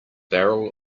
barrel